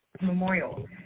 Memorial